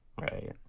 Right